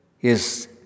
Yes